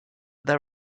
there